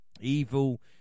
Evil